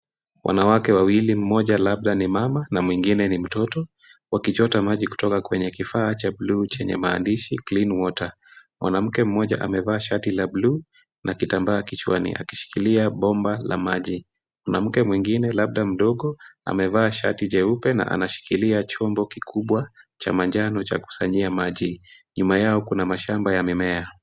Wanawake wawili mmoja labda ni mama na mwingine ni mtoto wakichota maji kutoka kwenye kifaa cha bluu chenye maandishi clean water . Mwanamke mmoja amevaa shati la bluu na kitambaa kichwani akishikilia bomba la maji. Mwanamke mwingine labda mdogo amevaa shati jeupe na anashikilia chombo kikubwa cha manjano cha kusanyia maji. Nyuma yao kuna mashamba ya mimea.